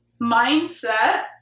mindset